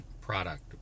product